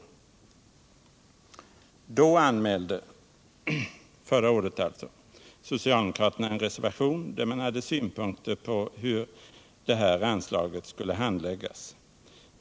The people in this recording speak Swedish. Då - förra året alltså — anmälde socialdemokraterna en reservation, där de framförde synpunkter på hur det här anslaget skulle handläggas.